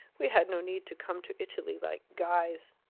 we had no need to come to italy like guys.